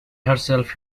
herself